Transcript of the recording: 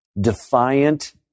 defiant